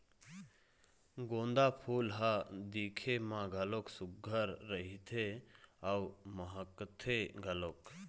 गोंदा फूल ह दिखे म घलोक सुग्घर रहिथे अउ महकथे घलोक